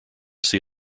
see